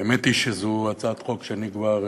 האמת היא שזו הצעת חוק שאני כבר